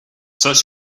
such